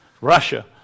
Russia